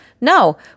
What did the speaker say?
No